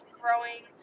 growing